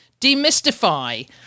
demystify